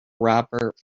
robert